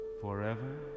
forever